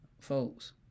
folks